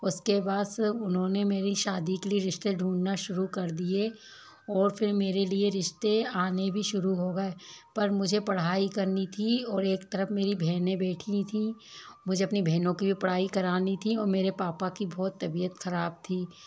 उसके बस उन्होंने मेरी शादी के लिए रिश्ते ढूंढना शुरू कर दिए और फिर मेरे लिए रिश्ते आने भी शुरू हो गए पर मुझे पढ़ाई करनी थी और एक तरफ मेरी बहने बैठी थी मुझे अपनी बहनों की भी पढ़ाई करानी थी और मेरे पापा की बहुत तबीयत खराब थी